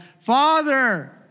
Father